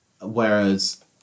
Whereas